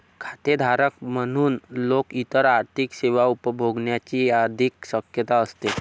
खातेधारक म्हणून लोक इतर आर्थिक सेवा उपभोगण्याची अधिक शक्यता असते